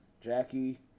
Jackie